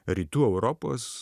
rytų europos